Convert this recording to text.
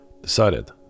decided